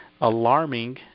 alarming